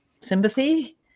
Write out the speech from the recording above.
sympathy